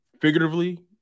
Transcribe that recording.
figuratively